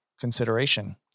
consideration